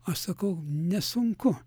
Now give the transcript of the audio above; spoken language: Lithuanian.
aš sakau nesunku